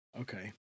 Okay